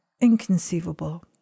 inconceivable